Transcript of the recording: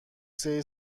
سری